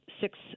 six –